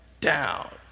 down